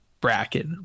Bracket